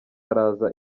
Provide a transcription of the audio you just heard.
araza